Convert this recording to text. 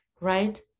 Right